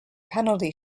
penalty